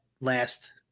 last